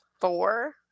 four